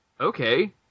Okay